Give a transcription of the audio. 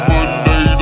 Monday